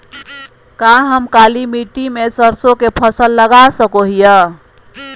का हम काली मिट्टी में सरसों के फसल लगा सको हीयय?